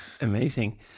Amazing